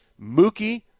Mookie